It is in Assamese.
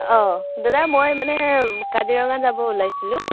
অ দাদা মই মানে কাজিৰঙা যাব ওলাইছিলোঁ